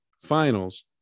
finals